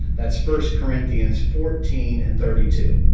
that's first corinthians fourteen and thirty two.